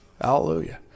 Hallelujah